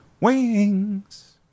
wings